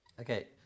Okay